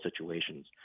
situations